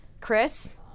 Chris